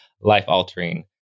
life-altering